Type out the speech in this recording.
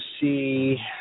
see